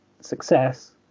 success